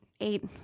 eight